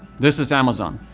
this is amazon,